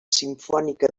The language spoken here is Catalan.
simfònica